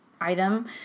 item